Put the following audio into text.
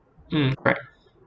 mm correct